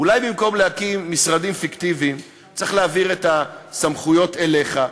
אולי במקום להקים משרדים פיקטיביים צריך להעביר את הסמכויות אליך,